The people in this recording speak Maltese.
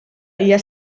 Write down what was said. hija